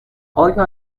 آیا